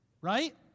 right